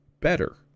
better